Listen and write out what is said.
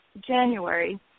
January